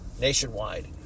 nationwide